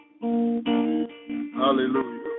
hallelujah